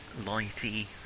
lighty